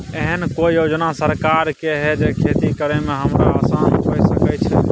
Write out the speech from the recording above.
एहन कौय योजना सरकार के है जै खेती करे में हमरा आसान हुए सके छै?